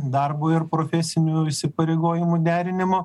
darbo ir profesinių įsipareigojimų derinimo